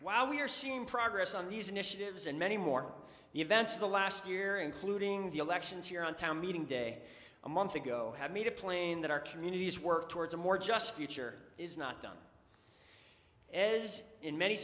are seeing progress on these initiatives and many more the events of the last year including the elections here on town meeting day a month ago have made it plain that our communities work towards a more just future is not done as in many